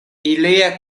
ilia